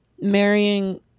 marrying